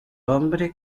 hombre